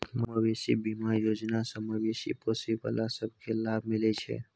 मबेशी बीमा योजना सँ मबेशी पोसय बला सब केँ लाभ मिलइ छै